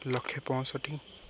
ଲକ୍ଷେ ପଞ୍ଚଷଠି